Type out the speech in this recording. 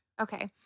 Okay